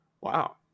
Wow